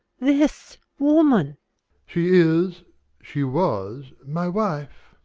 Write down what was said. this woman she is she was my wife.